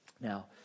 Now